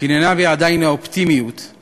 קיננה בי עדיין האופטימיות כי